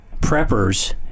preppers